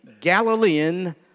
Galilean